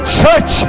church